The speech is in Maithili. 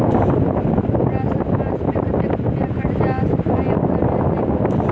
हमरा सब मास मे कतेक रुपया कर्जा सधाबई केँ लेल दइ पड़त?